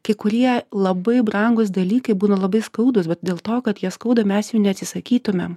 kai kurie labai brangūs dalykai būna labai skaudūs bet dėl to kad jie skauda mes jų neatsisakytumėm